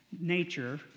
nature